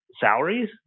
salaries